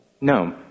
No